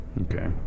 Okay